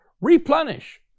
replenish